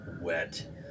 wet